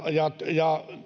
ja